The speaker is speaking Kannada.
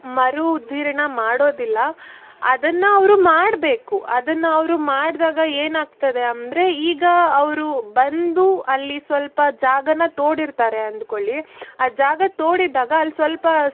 ಮರು ಉದ್ಧೀರ್ಣ ಮಾಡೋದಿಲ್ಲ ಅದನ್ನು ಅವರು ಮಾಡಬೇಕು ಅದನ್ನು ಅವರು ಮಾಡಿದಾಗ ಏನು ಆಗ್ತದೆ ಅಂದರೆ ಈಗ ಅವರು ಬಂದು ಅಲ್ಲಿ ಸ್ವಲ್ಪ ಜಾಗನ ತೋಡಿರ್ತಾರೆ ಅಂದುಕೊಳ್ಳಿ ಆ ಜಾಗ ತೋಡಿದಾಗ ಅಲ್ಲಿ ಸ್ವಲ್ಪ